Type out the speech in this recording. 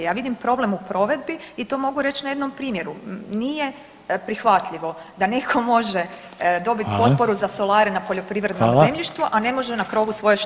Ja vidim problem u provedbi i to mogu reć na jednom primjeru, nije prihvatljivo da netko može dobit potporu za solare na poljoprivrednom zemljištu, a ne može na krovu svoje štale.